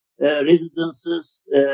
residences